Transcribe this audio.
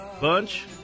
bunch